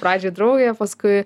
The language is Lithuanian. pradžiai draugė paskui